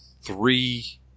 three